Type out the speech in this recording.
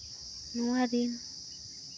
ᱱᱚᱣᱟ ᱨᱤᱱ